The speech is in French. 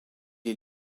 est